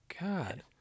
god